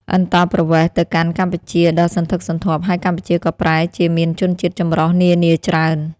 អន្តោប្រវេសន៍ ទៅកាន់កម្ពុជាដ៏សន្ធឹកសន្ធាប់ ហើយកម្ពុជាក៏ប្រែជាមានជនជាតិចម្រុះនានាច្រើន ។